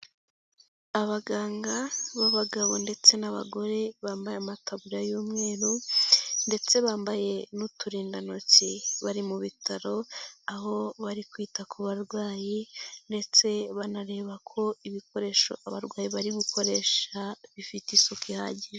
Abaganga b'abagabo ndetse n'abagore bambaye amataburiya y'umweru ndetse bambaye n'uturindantoki bari mu bitaro, aho bari kwita ku barwayi ndetse banareba ko ibikoresho abarwayi bari gukoresha bifite isuku ihagije.